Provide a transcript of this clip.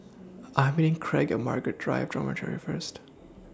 I Am meeting Craig At Margaret Drive Dormitory First